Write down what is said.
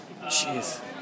Jeez